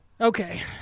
Okay